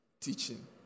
teaching